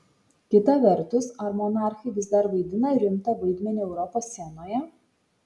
kita vertus ar monarchai vis dar vaidina rimtą vaidmenį europos scenoje